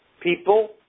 People